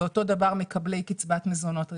אותו דבר מקבלי קצבת מזונות.